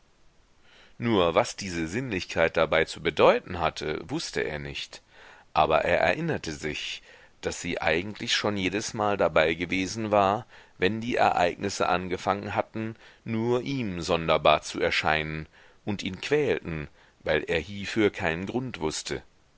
nur was diese sinnlichkeit dabei zu bedeuten hatte wußte er nicht aber er erinnerte sich daß sie eigentlich schon jedesmal dabei gewesen war wenn die ereignisse angefangen hatten nur ihm sonderbar zu erscheinen und ihn quälten weil er hiefür keinen grund wußte